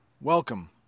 welcome